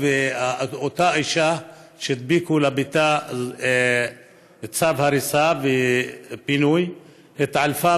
אותה אישה שהדביקו לביתה צו הריסה ופינוי התעלפה